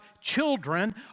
children